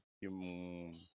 Yung